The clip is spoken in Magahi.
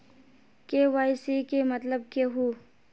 के.वाई.सी के मतलब केहू?